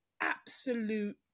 absolute